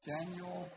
Daniel